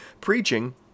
preaching